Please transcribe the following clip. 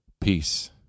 peace